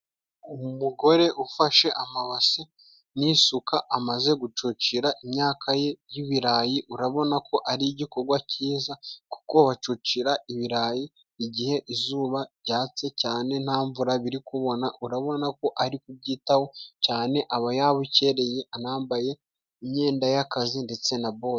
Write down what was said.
Umugore ufashe amabase n'isuka amaze gucucira imyaka ye y'ibirayi, urabona ko ari igikorwa cyiza kuko bacucira ibirayi igihe izuba ryatse cyane nta mvura, uri kubona urabona ko ari kubyitaho cyane, aba yabukereye anambaye imyenda y'akazi ndetse na bote.